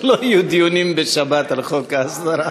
שלא יהיו דיונים בשבת על חוק ההסדרה.